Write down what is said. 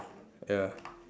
ya